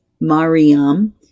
Mariam